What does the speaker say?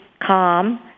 calm